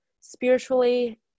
spiritually